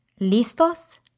Listos